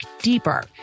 deeper